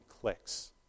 clicks